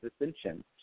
ascension